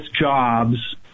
jobs